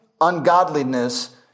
ungodliness